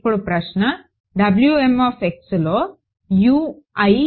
ఇపుడు ప్రశ్న లో ఉందా